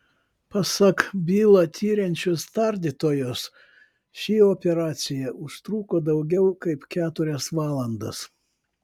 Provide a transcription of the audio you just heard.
pasak bylą tiriančios tardytojos ši operacija užtruko daugiau kaip keturias valandas